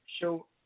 Show